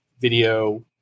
video